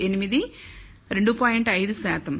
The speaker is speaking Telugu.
5 శాతం